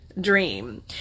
dream